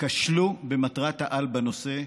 כשלו במטרת-העל בנושא,